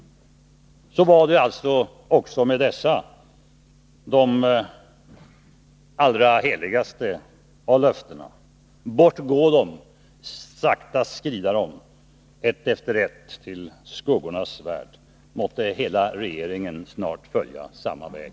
Så var det alltså också med dessa de allra heligaste av löften: Bort gå de, sakta skrida de, ett efter ett till skuggornas värld. Måtte hela regeringen snart följa samma väg!